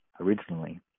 originally